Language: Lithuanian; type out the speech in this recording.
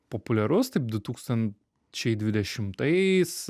populiarus taip du tūkstančiai dvidešimtais